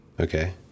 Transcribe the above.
Okay